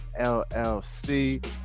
llc